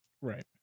Right